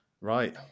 right